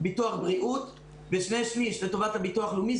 ביטוח בריאות ושני שליש לטובת הביטוח הלאומי.